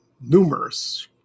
numerous